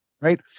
right